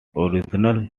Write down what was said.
original